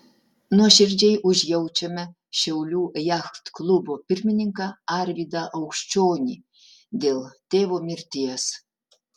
nuoširdžiai užjaučiame šiaulių jachtklubo pirmininką arvydą aukščionį dėl tėvo mirties